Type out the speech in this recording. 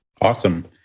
Awesome